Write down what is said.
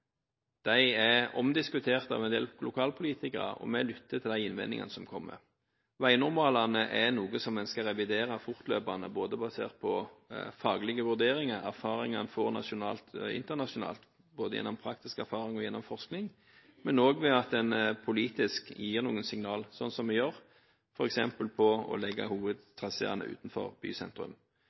De er omdiskutert av en del lokalpolitikere, og vi lytter til de innvendingene som kommer. Veinormalene er noe en skal revidere fortløpende, basert på både faglige vurderinger og erfaringer en får nasjonalt og internasjonalt, både gjennom praktisk erfaring og gjennom forskning, og også ved at en politisk gir noen signal, sånn som vi gjør, f.eks. om å legge hovedtraséene utenfor bysentrum.